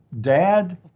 dad